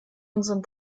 unseren